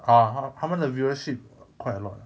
orh 他他们的 viewership quite a lot ah